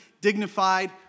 dignified